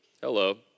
Hello